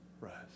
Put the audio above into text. rest